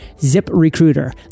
ZipRecruiter